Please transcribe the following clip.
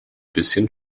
bisschen